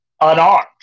unarmed